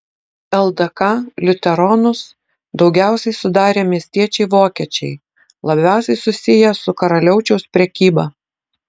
ldk liuteronus daugiausiai sudarė miestiečiai vokiečiai labiausiai susiję su karaliaučiaus prekyba